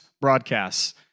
broadcasts